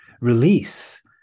release